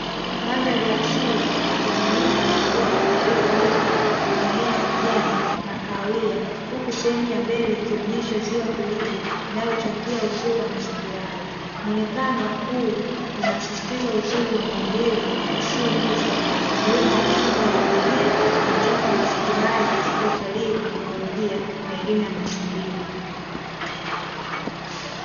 Mandhari ya asili ya milima na mabonde iliyofunikwa na mimea ya kijani na kahawia huku sehwmu ya mbele ikionyesha ziwa tulivu linalochangia uzuri wa mazingira hayo, mwonekano huu unasisitiza uzuri wa maumbile yasiyoguswa, umuhimu wa mfumo wa ikolojia na mchango wa mazingira haya katika utalii wa kiikolojia na elimu ya mazingira.